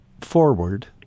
forward